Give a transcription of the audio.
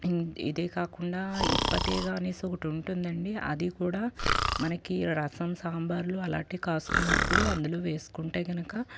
ఇ ఇదే కాకుండా ఇప్పతీగ అనేసి ఒకటి ఉంటుంది అండి అది కూడా మనకి రసం సాంబార్లో అలాంటివి కసుకున్నప్పుడు అందులో వేసుకుంటే గనక